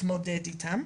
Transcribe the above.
להתמודד איתם.